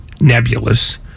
nebulous